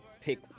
pick